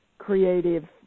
creative